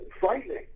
frightening